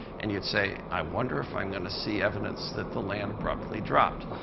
and you'd say, i wonder if i'm going to see evidence that the land abruptly dropped.